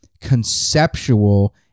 conceptual